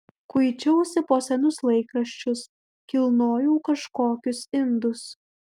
kuičiausi po senus laikraščius kilnojau kažkokius indus